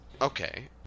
Okay